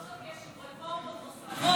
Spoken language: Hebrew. סוף-סוף יש רפורמות נוספות,